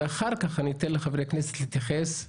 ואחר כך אני אתן לחברי הכנסת להתייחס,